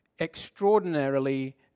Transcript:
extraordinarily